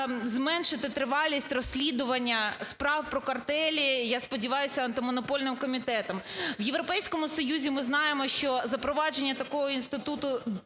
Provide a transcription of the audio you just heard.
зменшити тривалість розслідування справ про картелі, я сподіваюся, Антимонопольним комітетом. В Європейському Союзу ми знаємо, що запровадження такого інституту